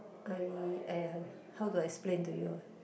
I !aiya! how to explain to you uh